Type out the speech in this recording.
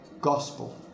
gospel